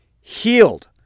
healed